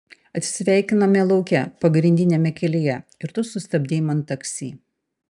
atsisveikinome lauke pagrindiniame kelyje ir tu sustabdei man taksi